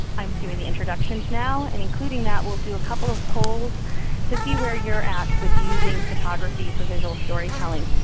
i'm doing the introductions now, and in that we'll do a couple of polls to see where you are at with using photography for visual storytelling.